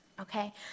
okay